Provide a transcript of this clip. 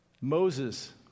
Moses